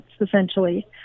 essentially